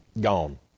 gone